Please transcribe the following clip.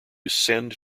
send